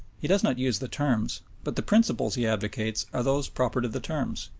he does not use the terms, but the principles he advocates are those proper to the terms.